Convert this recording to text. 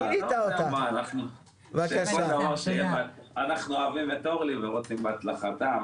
אנחנו אוהבים את אורלי ורוצים בהצלחתה.